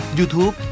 YouTube